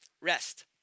rest